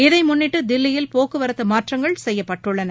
இதை முன்னிட்டு தில்லியில் போக்குவரத்து மாற்றங்கள் செய்யப்பட்டுள்ளன